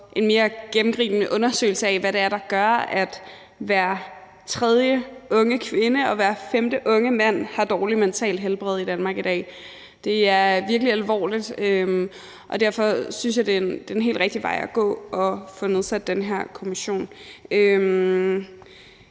en mere gennemgribende undersøgelse af, hvad det er, der gør, at hver tredje unge kvinde og hver femte unge mand i Danmark i dag har et dårligt mentalt helbred. Det er virkelig alvorligt, og derfor synes jeg, det er en helt rigtig vej at gå at få nedsat den her kommission.